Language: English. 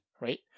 right